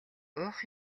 уух